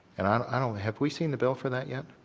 and i don't have we seen the bill for that yet,